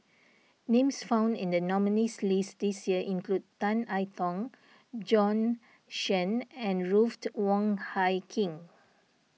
names found in the nominees' list this year include Tan I Tong Bjorn Shen and Ruth Wong Hie King